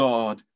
God